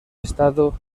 estado